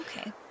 Okay